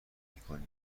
میکنم